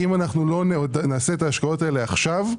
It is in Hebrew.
אם לא נעשה את ההשקעות הללו עכשיו,